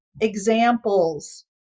examples